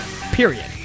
period